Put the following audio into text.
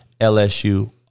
LSU